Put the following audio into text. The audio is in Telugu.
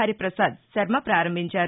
హరిప్రసాద్ శర్మ ప్రారంభించారు